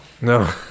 no